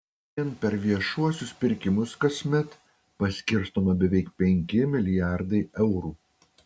vien per viešuosius pirkimus kasmet paskirstoma beveik penki milijardai eurų